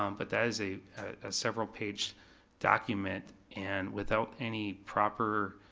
um but that is a several page document, and without any proper,